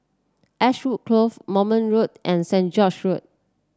Ashwood Grove Moulmein Road and Saint George Road